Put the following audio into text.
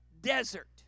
desert